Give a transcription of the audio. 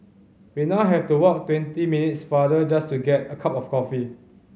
we now have to walk twenty minutes farther just to get a cup of coffee